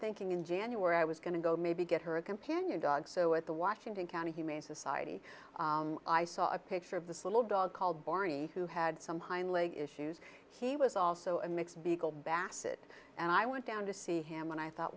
thinking in january i was going to go maybe get her a companion dog so at the washington county humane society i saw a picture of this little dog called barney who had some hind leg issues he was also a mix beagle basset and i went down to see him and i thought